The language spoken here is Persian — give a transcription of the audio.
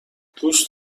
دوست